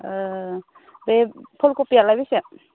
ए बे फुल खबिआलाय बेसे